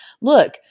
look